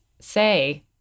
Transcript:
say